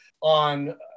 on